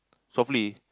softly